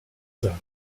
sagen